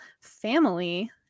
family